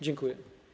Dziękuję.